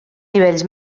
nivells